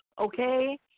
okay